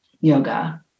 yoga